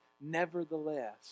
Nevertheless